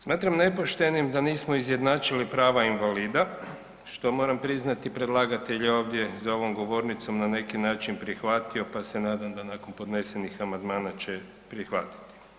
Smatram nepoštenim da nismo izjednačili prava invalida, što moram priznati predlagatelj je ovdje za ovom govornicom na neki način prihvatio pa se nadam da nakon podnesenih amandmana će prihvatiti.